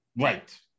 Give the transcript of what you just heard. right